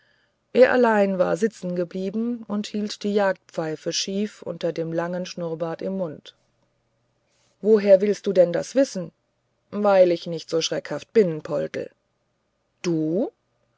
er allein war sitzen geblieben und hielt die jagdpfeife schief unter dem langen schnurrbart im mund woher willst denn das wissen weil ich nicht so schreckhaft bin poldl du